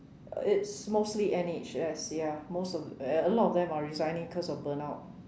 it's mostly N_H_S ya most of a lot of them are resigning cause of burn out